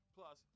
Plus